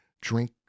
drink